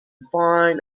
fine